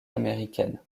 américaines